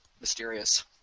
mysterious